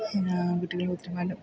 പിന്നെ വീട്ടുകളിൽ ഒത്തിരിമാനം